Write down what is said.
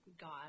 God